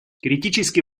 критически